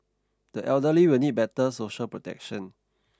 the elderly will need better social protection